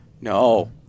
No